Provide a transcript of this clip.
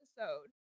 episode